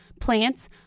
plants